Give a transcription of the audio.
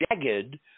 jagged